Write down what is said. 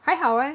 还好 eh